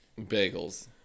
bagels